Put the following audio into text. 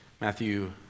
Matthew